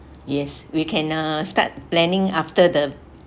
yes we can uh start planning after the